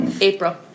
April